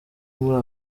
muri